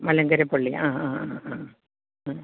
മലങ്കര പള്ളി ആ ആ ആ ആ ആ